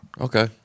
Okay